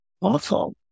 awful